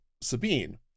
Sabine